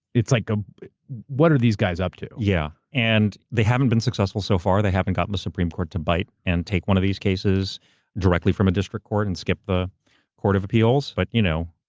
it's like, ah what are these guys up to? yeah. and they haven't been successful so far. they haven't gotten the supreme court to bite and take one of these cases directly from a district court and skip the court of appeals. but, you know,